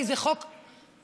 כי זה חוק סביר.